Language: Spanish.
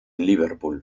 liverpool